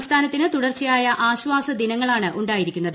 സംസ്ഥാനത്തിന് തുടർച്ചയായ ആശ്ചാസ ദിനങ്ങളാണ് ഉണ്ടായിരിക്കുന്നത്